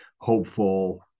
hopeful